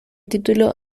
título